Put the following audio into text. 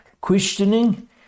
questioning